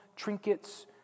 trinkets